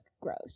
gross